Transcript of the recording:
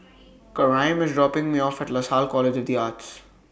Karyme IS dropping Me off At Lasalle College of The Arts